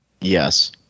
Yes